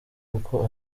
kuko